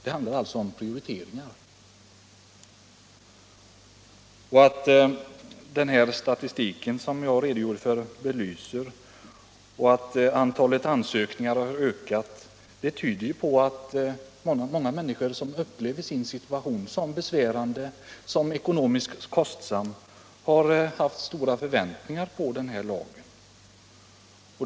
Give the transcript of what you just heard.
Det handlar alltså om prioriteringar. Den statistik som jag redogjorde för belyser att antalet ansökningar har ökat. Det tyder ju på att många människor som upplever sin situation handikappersätt handikappersättning som ekonomiskt besvärlig har haft stora förväntningar på den här lagen.